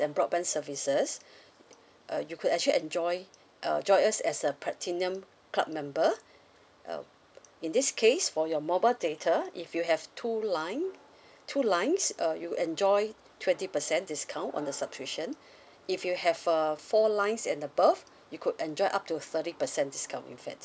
and broadband services uh you could actually enjoy uh join us as a platinum club member uh in this case for your mobile data if you have two line two lines err you enjoy twenty percent discount on the subscription if you have uh four lines and above you could enjoy up to thirty percent discount in fact